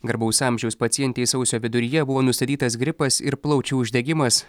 garbaus amžiaus pacientei sausio viduryje buvo nustatytas gripas ir plaučių uždegimas